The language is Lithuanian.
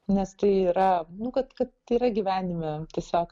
nes tai yra nu kad kad yra gyvenime tiesiog